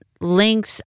links